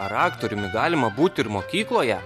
ar aktoriumi galima būti ir mokykloje